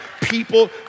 people